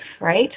right